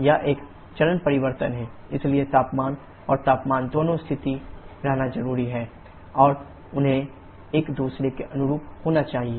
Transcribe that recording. यह एक चरण परिवर्तन है इसलिए दबाव और तापमान दोनों स्थिर रहना चाहिए और उन्हें एक दूसरे के अनुरूप होना चाहिए